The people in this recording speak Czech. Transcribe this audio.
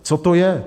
Co to je?